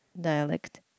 dialect